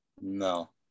No